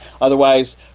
Otherwise